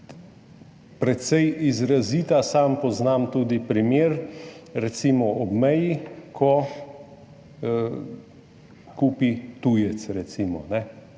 precej izrazita. Sam poznam tudi primer, recimo ob meji, ko recimo kupi tujec,